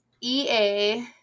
EA